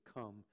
come